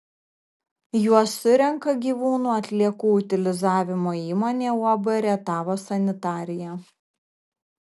juos surenka gyvūnų atliekų utilizavimo įmonė uab rietavo sanitarija